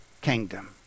kingdom